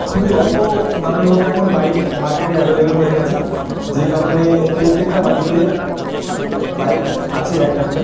খুবই অল্প দামের মধ্যে এখন বাইক মার্কেটে অ্যাভেলেবল হয়ে গিয়েছে যে কারণে প্রত্যকেটা বাড়িতে বাইক আছে একটা করে